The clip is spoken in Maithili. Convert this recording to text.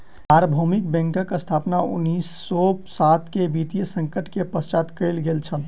सार्वभौमिक बैंकक स्थापना उन्नीस सौ सात के वित्तीय संकट के पश्चात कयल गेल छल